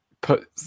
put